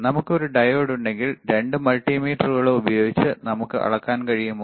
നമുക്ക് ഒരു ഡയോഡ് ഉണ്ടെങ്കിൽ രണ്ട് മൾട്ടിമീറ്ററുകളും ഉപയോഗിച്ച് നമുക്ക് അളക്കാൻ കഴിയുമോ